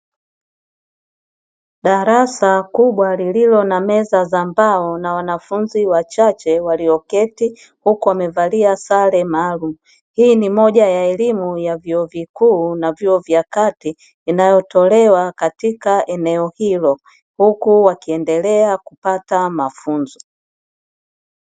Darasa kubwa lililo na meza za mbao na wanafunzi wachache walioketi huko amevalia sare maalumu, hii ni moja ya elimu ya vyuo vikuu na vyuo vya kati inayotolewa katika eneo hilo huku wakiendelea kupata mafunzo.